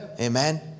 Amen